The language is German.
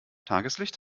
tageslicht